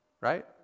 right